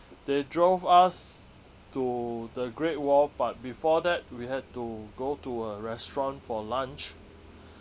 they drove us to the great wall but before that we had to go to a restaurant for lunch